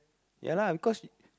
ya lah because